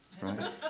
right